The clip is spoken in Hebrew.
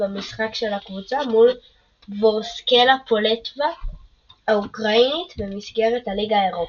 במשחק של הקבוצה מול וורסקלה פולטבה האוקראינית במסגרת הליגה האירופית.